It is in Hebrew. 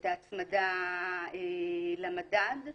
את ההצמדה למדד.